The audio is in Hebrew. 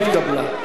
נתקבלה.